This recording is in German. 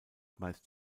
meist